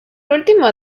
último